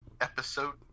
episode